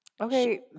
okay